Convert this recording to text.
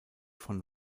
von